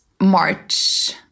March